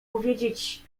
powiedzieć